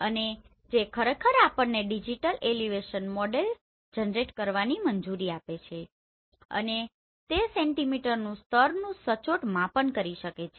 અને જે ખરેખર આપણને ડિજિટલ એલિવેશન મોડેલ જનરેટ કરવાની મંજૂરી આપે છે અને તે સેન્ટીમીટરનું સ્તરનું સચોટ માપન કરી શકે છે